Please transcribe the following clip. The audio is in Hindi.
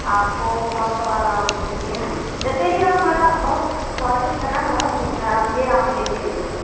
आपको कौन सा वाला आम लेना है दशहरी आम बड़ा बहुत स्वादिष्ट है मैम बहुत मीठा है आप यह आम लेकर देखिए